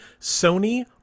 Sony